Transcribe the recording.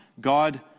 God